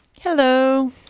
Hello